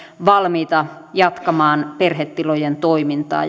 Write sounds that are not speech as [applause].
valmiita jatkamaan perhetilojen toimintaa [unintelligible]